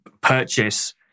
purchase